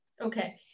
Okay